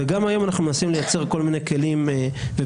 גם היום אנחנו מנסים לייצר כל מיני כלים ופיתוחים